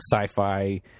sci-fi